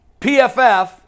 PFF